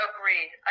Agreed